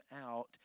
out